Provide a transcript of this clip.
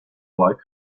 like